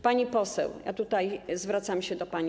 Pani poseł, ja tutaj zwracam się do pani.